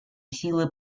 силы